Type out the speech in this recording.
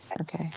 Okay